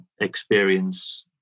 experience